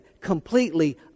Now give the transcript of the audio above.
completely